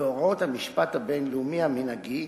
והוראות המשפט הבין-לאומי המנהגי,